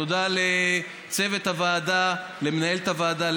תודה לצוות הוועדה למנהלת הוועדה,